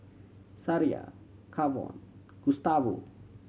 Sariah Kavon Gustavo